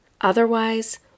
Otherwise